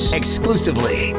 exclusively